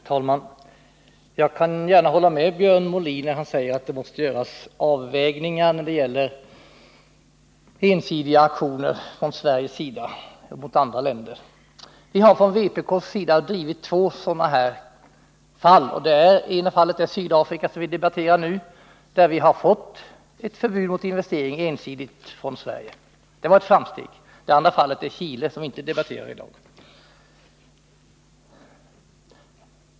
Herr talman! Jag kan gärna hålla med Björn Molin när han säger att det måste göras avvägningar när det gäller ensidiga aktioner från Sveriges sida mot andra länder. Vi har från vpk drivit två sådana här fall. Det ena fallet är Sydafrika, som vi debatterar nu, där vi har fått ett förbud mot investering ensidigt från Sverige. Det var ett framsteg. Det andra fallet är Chile, som vi inte debatterar i dag.